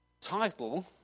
title